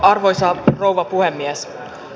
arvoisa rouva puhemies